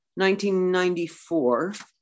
1994